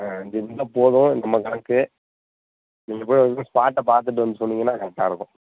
ஆ அஞ்சு இருந்தால் போதும் நம்ம கணக்கு நீங்கள் போய் ஒரு தடவை ஸ்பாட்டை பார்த்துட்டு வந்து சொன்னீங்கன்னால் கரெக்டாக இருக்கும்